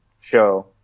show